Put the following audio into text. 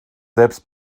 selbst